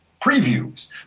previews